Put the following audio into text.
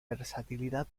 versatilidad